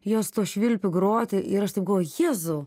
jos tuo švilpiu groti ir aš taip galvoju jėzau